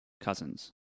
cousins